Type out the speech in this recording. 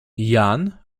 jan